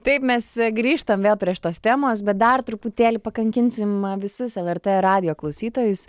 taip mes grįžtam prie šitos temos bet dar truputėlį pakankinsim visus lrt radijo klausytojus